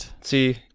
See